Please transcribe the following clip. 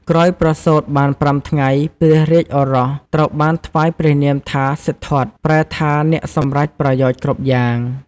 ក្រោយប្រសូតបាន ៥ ថ្ងៃ ព្រះរាជឱរសត្រូវបានថ្វាយព្រះនាមថា សិទ្ធត្ថ ប្រែថាអ្នកសម្រេចប្រយោជន៍គ្រប់យ៉ាង។